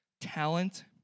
talent